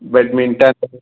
badminton है